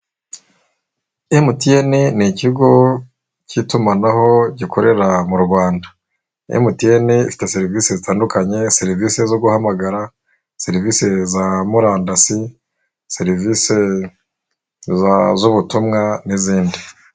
MTN ni ikigo cy'itumanaho gikorera mu Rwanda, MTN ifite serivisi zitandukanye, serivisi zo guhamagara, serivisi za murandasi serivise z'ubutumwa n'izindi.